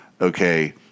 okay